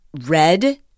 red